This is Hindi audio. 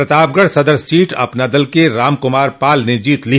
प्रतापगढ़ सदर सीट अपना दल के रामकुमार पाल ने जीत ली